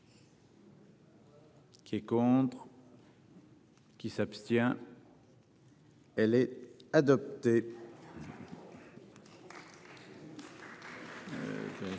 Qui est contre. Qui s'abstient. Elle est adoptée.